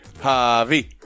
Javi